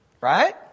right